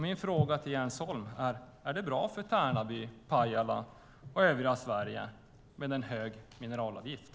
Min fråga till Jens Holm är: Är det bra för Tärnaby, Pajala och övriga Sverige med en hög mineralavgift?